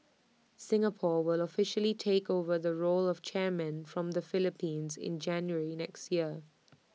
Singapore will officially take over the role of chairman from the Philippines in January next year